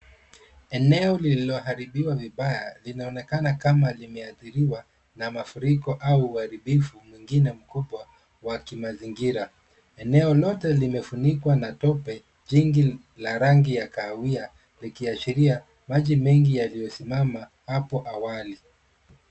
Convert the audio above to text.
Eneo lililoharibiwa vibaya linaonekana kama limeathiriwa na mafuriko au uharibifu mwingine mkubwa wa kimazingira. Eneo lote limefunikwa na tope jingi la rangi ya kahawia likiashiria maji mengi yaliyosimama hapo awali.